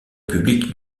publique